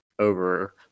Over